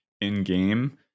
in-game